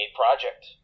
project